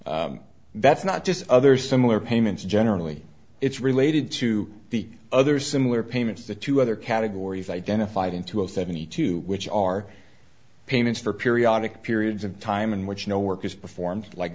clause that's not just other similar payments generally it's related to the other similar payments to two other categories identified in two hundred seventy two which are payments for periodic periods of time in which no work is performed like